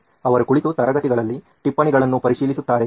ಅವರು ಕುಳಿತು ತರಗತಿಗಳಲ್ಲಿ ಟಿಪ್ಪಣಿಗಳನ್ನು ಪರಿಶೀಲಿಸುತ್ತಾರೆಯೇ